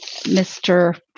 Mr